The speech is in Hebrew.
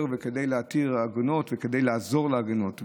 וכדי להתיר עגונות וכדי לעזור לעגונות.